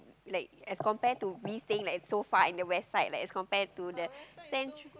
like as compared to me staying like so far at the west side like as compared to the central